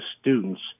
students